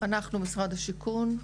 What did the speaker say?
אנחנו, משרד השיכון.